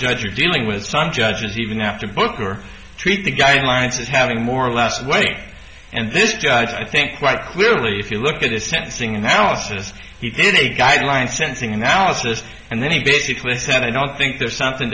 judge are dealing with some judges even after booker treat the guidelines as having more last way and this judge i think quite clearly if you look at the sentencing analysis he did a guideline sensing analysis and then he basically said i don't think there's something